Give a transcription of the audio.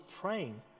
praying